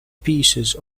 pieces